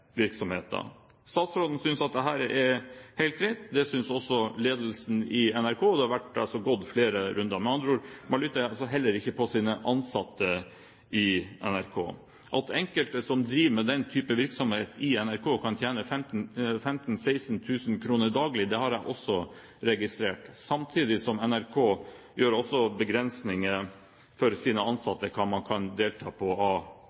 virksomheten. Statsråden synes dette er helt greit. Det synes også ledelsen i NRK, og man har gått flere runder med dette. Med andre ord: Man lytter heller ikke til sine ansatte i NRK. At enkelte som driver med den type virksomhet i NRK, kan tjene 15 000–16 000 kr dagen, har jeg også registrert. Samtidig har NRK begrensninger for sine ansatte når det gjelder hva man kan delta på av